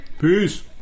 Peace